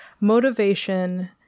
motivation